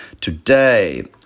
today